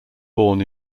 born